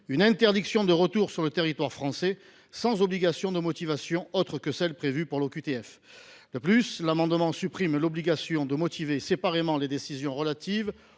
une interdiction de retour, sans obligation de motivation autre que celle prévue pour l’OQTF. De plus, il vise à supprimer l’obligation de motiver séparément les décisions relatives